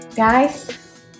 Guys